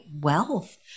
wealth